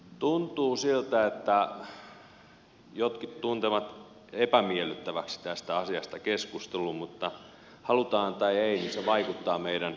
tuntuu siltä että jotkut tuntevat epämiellyttäväksi tästä asiasta keskustelun mutta halutaan tai ei se vaikuttaa meidän talouteemme